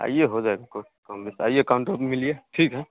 आइए हो जाएगा क कम बेस आइए काम तरफ मिलिए ठीक है